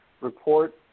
report